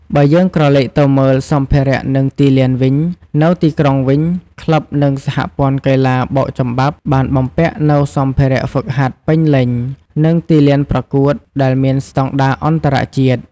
បើយើងក្រឡេកទៅមើល សម្ភារៈ និងទីលានវិញ នៅទីក្រុងវិញ ក្លឹប និងសហព័ន្ធកីឡាបោកចំបាប់បានបំពាក់នូវ សម្ភារៈហ្វឹកហាត់ពេញលេញ និងទីលានប្រកួតដែលមានស្តង់ដារអន្តរជាតិ។